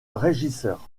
régisseur